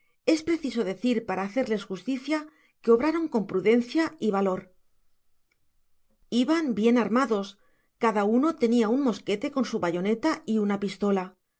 es precisa decir para hacerles justicia que obraron con prudencia y valor iban bien armados cada uno tenia un mosquete coa su bayoneta y una pistola